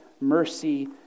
mercy